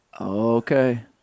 Okay